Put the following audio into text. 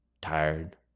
Tired